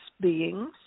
beings